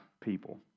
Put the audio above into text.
people